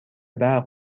برق